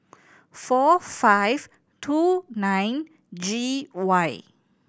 four five two nine G Y